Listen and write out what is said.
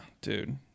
dude